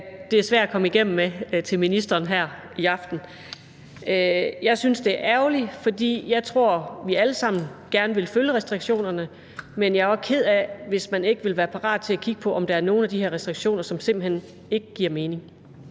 høre er svært at komme igennem med til ministeren her i aften. Jeg synes, det er ærgerligt, for jeg tror, at vi alle sammen gerne vil følge restriktionerne. Men jeg er også ked af, hvis man ikke vil være parat til at kigge på, om der er nogle af de her restriktioner, som simpelt hen ikke giver mening.